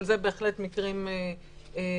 אבל אלה בהחלט מקרים בודדים.